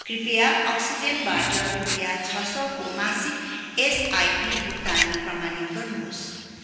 कृपया अक्सिजेनबाट रुपियाँ छ सौको मासिक एसआइपी भुक्तानी प्रमाणित गर्नुहोस्